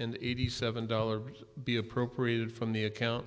and eighty seven dollars be appropriated from the account